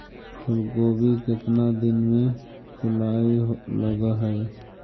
फुलगोभी केतना दिन में फुलाइ लग है?